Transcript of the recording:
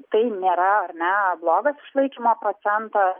tai nėra ar ne blogas išlaikymo procentas